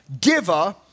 giver